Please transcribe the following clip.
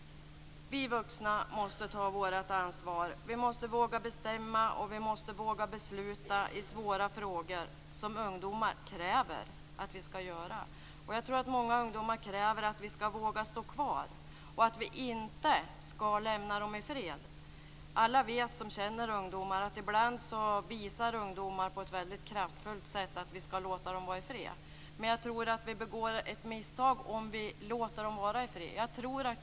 Vi vuxna måste ta vårt ansvar, och vi måste våga bestämma och vi måste våga besluta i svåra frågor. Ungdomar kräver att vi skall göra det. Många ungdomar kräver att vi skall våga stå kvar och att vi inte skall lämna dem i fred. Alla som känner ungdomar vet att de ibland på ett kraftfullt sätt visar att de vill lämnas i fred. Men vi begår ett misstag om vi låter dem vara i fred.